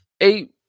eight